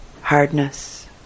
hardness